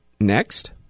next